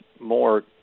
more